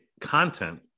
content